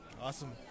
Awesome